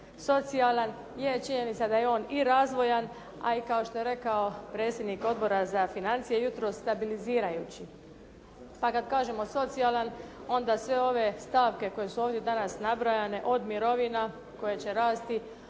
socijalan, je činjenica da je on i razvojan, a i kao što je rekao predsjednik Odbora za financije jutros stabilizirajući. Pa kada kažemo socijalan, onda sve ove stavke koje su sve ovdje danas nabrojane, od mirovina koje će rasti,